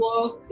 work